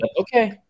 Okay